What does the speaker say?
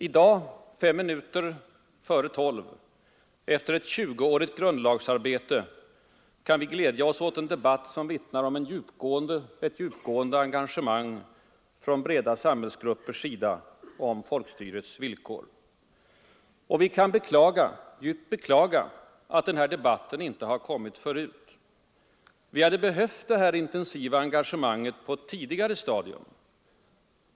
I dag — fem minuter i tolv, efter ett tjugoårigt grundlagsarbete — kan vi glädja oss åt en debatt, som vittnar om ett djupgående engagemang från breda samhällsgruppers sida om folkstyrets villkor. Vi kan djupt beklaga att debatten inte kommit förut. Vi hade behövt detta intensiva engagemang på ett tidigare stadium.